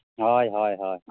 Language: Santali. ᱦᱚᱭ ᱦᱚᱭ ᱦᱚᱭ